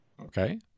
Okay